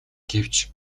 гэвч